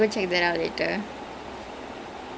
I'll send you the link if I find it ya